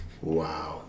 Wow